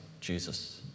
Jesus